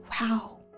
Wow